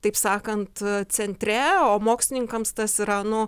taip sakant centre o mokslininkams tas yra nu